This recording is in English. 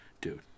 dude